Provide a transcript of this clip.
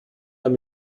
dann